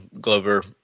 Glover